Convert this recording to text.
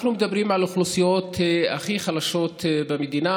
אנחנו מדברים על האוכלוסיות הכי חלשות במדינה,